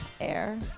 air